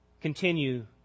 continue